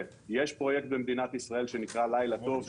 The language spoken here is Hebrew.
יש פרויקט במדינת ישראל שנקרא לילה טוב,